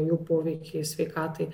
jų poveikį sveikatai